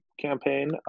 campaign